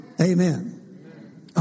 Amen